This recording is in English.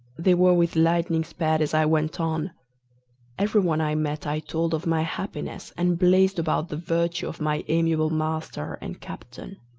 they were with lightning sped as i went on every one i met i told of my happiness, and blazed about the virtue of my amiable master and captain.